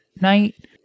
night